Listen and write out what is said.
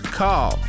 call